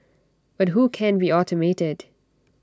but who can be automated